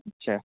اچھا